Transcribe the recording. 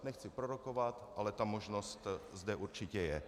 Nechci prorokovat, ale ta možnost zde určitě je.